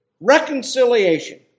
Reconciliation